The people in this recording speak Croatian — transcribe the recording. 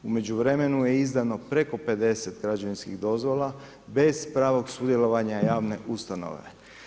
U međuvremenu je izdano preko 50 građevinskih dozvola, bez pravog sudjelovanja javne ustanove.